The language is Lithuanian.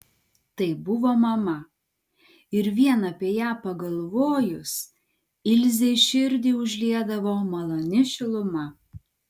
tai buvo mama ir vien apie ją pagalvojus ilzei širdį užliedavo maloni šiluma